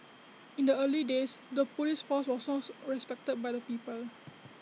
in the early days the Police force was source respected by the people